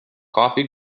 coffee